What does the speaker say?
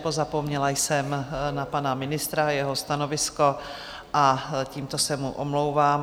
Pozapomněla jsem na pana ministra a jeho stanovisko a tímto se mu omlouvám.